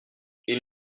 ils